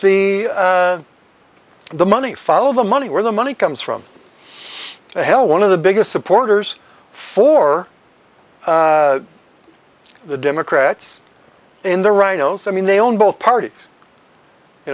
the the money follow the money where the money comes from hell one of the biggest supporters for the democrats in the rhinos i mean they own both parties you